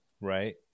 right